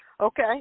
okay